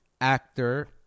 actor